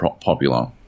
popular